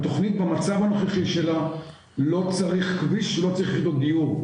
התכנית במצב הנוכחי שלה לא צריך כביש ולא צריך יחידות דיור.